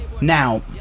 Now